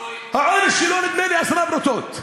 העונש שלו, נדמה לי, עשר פרוטות,